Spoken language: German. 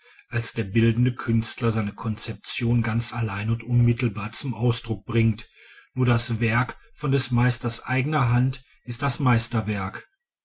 als der bildende künstler seine konzeption ganz allein und unmittelbar zum ausdruck bringt nur das werk von des meisters eigener hand ist das meisterwerk